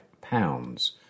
pounds